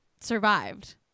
survived